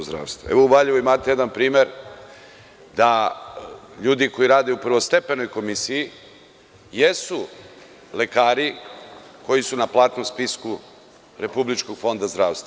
U Valjevu imate jedan primer da ljudi koji rade u prvostepenoj komisije jesu lekari koji su na platnom spisku Republičkog fonda zdravstva.